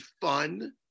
fun